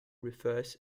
refers